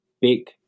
big